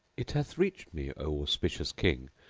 it hath reached me, o auspicious king,